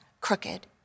crooked